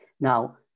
Now